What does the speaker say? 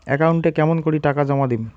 একাউন্টে কেমন করি টাকা জমা দিম?